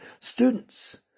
students